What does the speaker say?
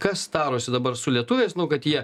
kas darosi dabar su lietuviais nu kad jie